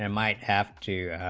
and might have two